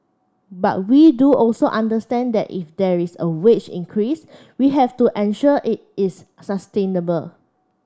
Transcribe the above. but we do also understand that if there is a wage increase we have to ensure it is sustainable